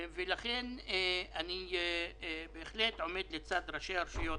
לכן אני בהחלט עומד לצד ראשי הרשויות